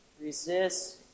resist